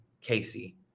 Casey